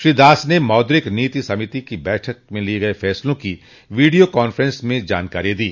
श्री दास ने मौद्रिक नीति समिति की बैठक में लिए गए फैसलों की वीडियो कांफ्रेंस में ये जानकारी दी